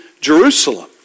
Jerusalem